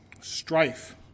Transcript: strife